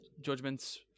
judgments